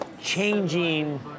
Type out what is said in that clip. changing